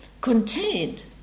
contained